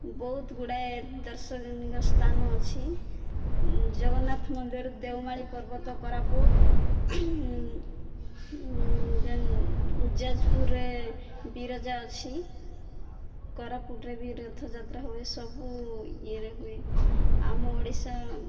ବହୁତ ଗୁଡ଼ାଏ ଦର୍ଶନିକ ସ୍ଥାନ ଅଛି ଜଗନ୍ନାଥ ମନ୍ଦିର ଦେଉମାଳି ପର୍ବତ କୋରାପୁଟ ଯାଜପୁରରେ ବିରଜା ଅଛି କୋରାପୁଟରେ ବି ରଥଯାତ୍ରା ହୁଏ ସବୁ ଇଏରେ ହୁଏ ଆମ ଓଡ଼ିଶା